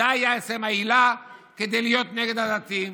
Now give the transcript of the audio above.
זו הייתה אצלם העילה, כדי להיות נגד דתיים.